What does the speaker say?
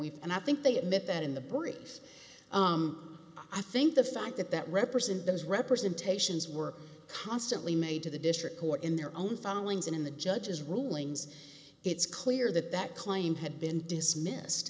we and i think they admit that in the breeze i think the fact that that represent those representations were constantly made to the district court in their own followings and in the judge's rulings it's clear that that claim had been dismissed